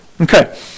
Okay